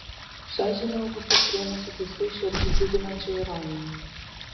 šią žinią augustas priėmė su keistai širdį džiuginančia ironija